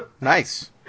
Nice